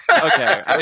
okay